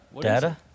Data